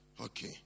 Okay